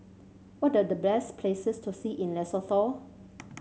what are the best places to see in Lesotho